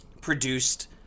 Produced